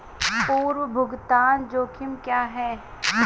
पूर्व भुगतान जोखिम क्या हैं?